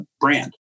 brand